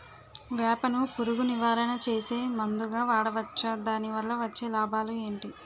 వేప ను పురుగు నివారణ చేసే మందుగా వాడవచ్చా? దాని వల్ల వచ్చే లాభాలు ఏంటి?